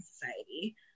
society